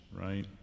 right